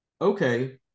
Okay